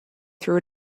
threw